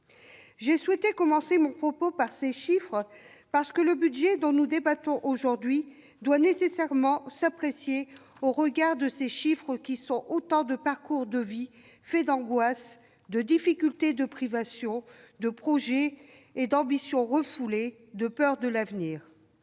J'ai souhaité commencer ainsi mon propos, parce que le budget dont nous débattons aujourd'hui doit nécessairement s'apprécier au regard de ces chiffres qui sont autant de parcours de vie faits d'angoisses, de difficultés, de privations, de projets et d'ambitions refoulés, de peur de l'avenir